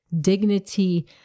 dignity